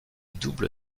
double